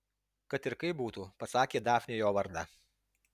kad ir kaip būtų pasakė dafnei jo vardą